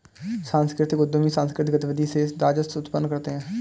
सांस्कृतिक उद्यमी सांकृतिक गतिविधि से राजस्व उत्पन्न करते हैं